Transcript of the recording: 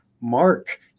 mark